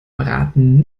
braten